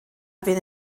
fydd